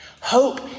Hope